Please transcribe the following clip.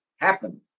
happen